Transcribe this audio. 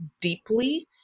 deeply